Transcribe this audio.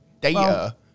data